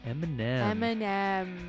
Eminem